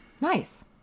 nice